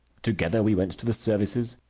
together we went to the services.